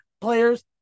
players